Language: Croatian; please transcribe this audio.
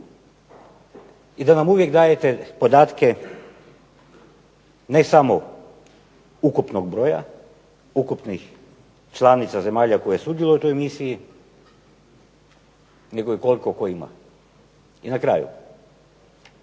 i da nam uvijek dajete podatke ne samo ukupnog broja, ukupnih članica zemalja koje sudjeluju u toj misiji nego i koliko tko ima. I na kraju,